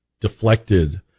deflected